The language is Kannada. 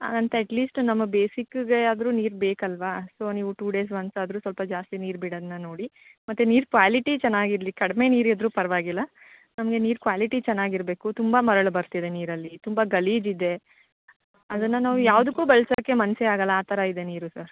ಅಂತ ಅಟ್ ಲೀಸ್ಟು ನಮ್ಮ ಬೇಸಿಕ್ಗೆ ಆದರೂ ನೀರು ಬೇಕಲ್ವಾ ಸೋ ನೀವು ಟೂ ಡೇಸ್ ವನ್ಸ್ ಆದರೂ ಸ್ವಲ್ಪ ಜಾಸ್ತಿ ನೀರು ಬಿಡೋದನ್ನ ನೋಡಿ ಮತ್ತು ನೀರು ಕ್ವಾಲಿಟಿ ಚೆನ್ನಾಗಿರ್ಲಿ ಕಡಿಮೆ ನೀರಿದ್ದರೂ ಪರ್ವಾಗಿಲ್ಲ ನಮಗೆ ನೀರು ಕ್ವಾಲಿಟಿ ಚೆನ್ನಾಗಿರ್ಬೇಕು ತುಂಬ ಮರಳು ಬರ್ತಿದೆ ನೀರಲ್ಲಿ ತುಂಬ ಗಲೀಜು ಇದೆ ಅದನ್ನು ನಾವು ಯಾವುದಕ್ಕೂ ಬಳ್ಸೋಕ್ಕೆ ಮನಸ್ಸೇ ಆಗೋಲ್ಲ ಆ ಥರ ಇದೆ ನೀರು ಸರ್